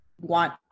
want